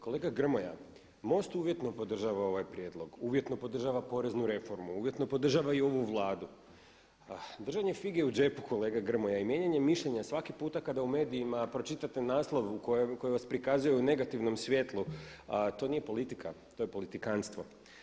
Kolega Grmoja, MOST uvjetno podržava ovaj prijedlog, uvjetno podržava poreznu reformu, uvjetno podržava i ovu Vladu, držanje fige u džepu kolega Grmoja i mijenjanje mišljenja svaki puta kada u medijima pročitate naslov u kojem vas prikazuju u negativnom svjetlu to nije politika, to je politikantstvo.